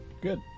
Good